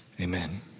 Amen